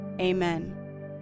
amen